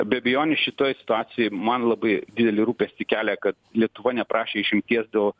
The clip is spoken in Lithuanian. be abejonių šitoj situacijoj man labai didelį rūpestį kelia kad lietuva neprašė išimties dėl